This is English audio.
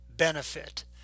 Benefit